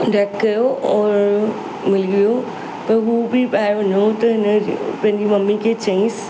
contact कयो और मिली वियो त उहो बि ॿाहिरि वञणो हुओ त हिन पंहिंजी ममी खे चयसि